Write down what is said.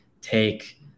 take